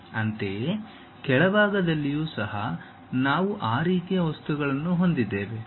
ಅಂತೆಯೇ ಕೆಳಭಾಗದಲ್ಲಿಯೂ ಸಹ ನಾವು ಆ ರೀತಿಯ ವಸ್ತುಗಳನ್ನು ಹೊಂದಿದ್ದೇವೆ